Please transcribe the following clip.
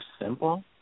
simple